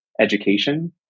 education